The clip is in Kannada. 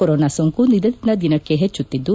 ಕೊರೋನಾ ಸೋಂಕು ದಿನದಿಂದ ದಿನಕ್ಕೆ ಹೆಚ್ಚುತ್ತಿದ್ದು